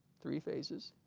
three phases